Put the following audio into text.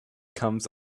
comes